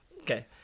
Okay